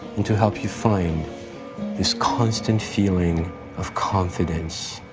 and to help you find this constant feeling of confidence.